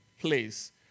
place